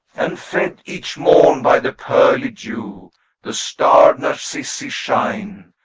and fed each morn by the pearly dew the starred narcissi shine,